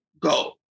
Go